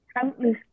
countless